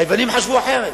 היוונים חשבו אחרת.